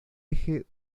eje